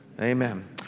amen